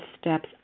steps